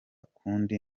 kundi